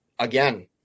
Again